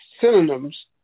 synonyms